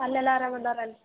ಅಲ್ಲೆಲ್ಲ ಆರಾಮ ಅದಾರೆ ಅಲ್ಲ